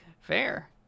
Fair